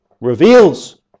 reveals